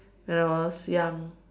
when I was young